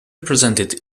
represented